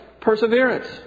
perseverance